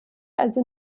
also